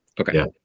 Okay